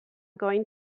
going